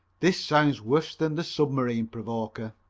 this sounds worse than the submarine provoker.